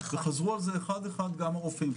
חזרו על זה אחד-אחד גם הרופאים.